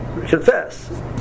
confess